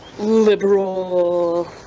liberal